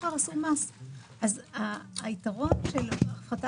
אתה הולך להרוג את